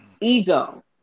ego